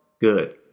good